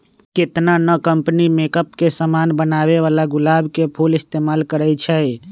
केतना न company makeup के समान बनावेला गुलाब के फूल इस्तेमाल करई छई